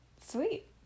Sweet